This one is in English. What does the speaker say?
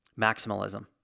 Maximalism